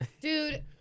Dude